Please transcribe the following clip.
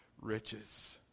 riches